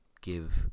give